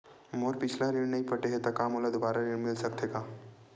मोर पिछला ऋण नइ पटे हे त का मोला दुबारा ऋण मिल सकथे का?